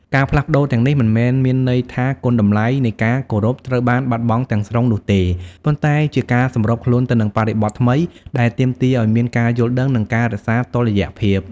ការផ្លាស់ប្តូរទាំងនេះមិនមែនមានន័យថាគុណតម្លៃនៃការគោរពត្រូវបានបាត់បង់ទាំងស្រុងនោះទេ ប៉ុន្តែជាការសម្របខ្លួនទៅនឹងបរិបទថ្មីដែលទាមទារឲ្យមានការយល់ដឹង និងការរក្សាតុល្យភាព។